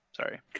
Sorry